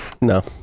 No